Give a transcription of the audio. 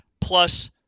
Plus